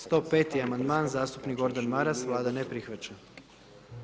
105-ti Amandman, zastupnik Gordan Maras, Vlada ne prihvaća.